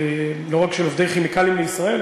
לא רק של עובדי "כימיקלים לישראל",